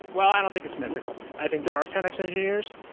well, i don't think it's mythical. i think there are ten x engineers,